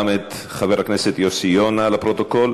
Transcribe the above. גם את חבר הכנסת יוסי יונה לפרוטוקול.